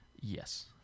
yes